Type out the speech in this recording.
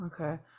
Okay